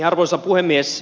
arvoisa puhemies